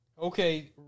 Okay